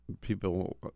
people